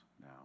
now